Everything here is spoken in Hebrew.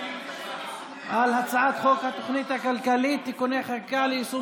על הצעת חוק התוכנית הכלכלית (תיקוני חקיקה ליישום